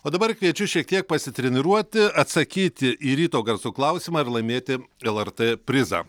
o dabar kviečiu šiek tiek pasitreniruoti atsakyti į ryto garsų klausimą ir laimėti lrt prizą